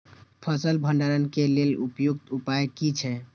फसल भंडारण के लेल उपयुक्त उपाय कि छै?